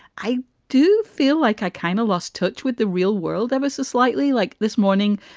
i do feel like i kind of lost touch with the real world ever so slightly. like this morning,